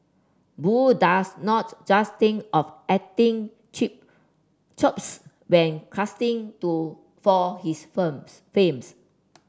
Boo does not just think of acting chip chops when casting to for his firms films